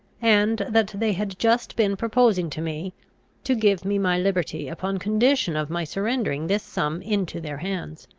and that they had just been proposing to me to give me my liberty upon condition of my surrendering this sum into their hands.